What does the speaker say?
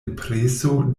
impreso